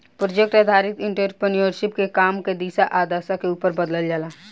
project आधारित entrepreneurship के काम के दिशा आ दशा के उपर बदलल जाला